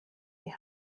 die